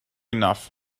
enough